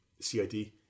CID